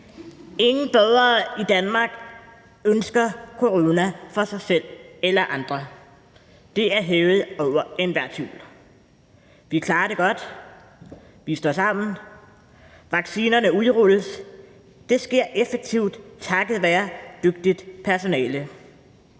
Ingen borgere i Danmark ønsker, at de selv eller andre skal få corona. Det er hævet over enhver tvivl. Vi klarer det godt; vi står sammen; vaccinerne udrulles, og det sker effektivt takket være dygtigt personale